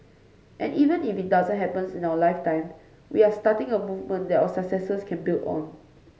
and even if it doesn't happen in our lifetime we are starting a movement that our successors can build on